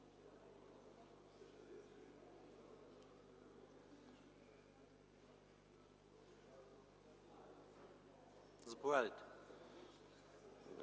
Заповядайте,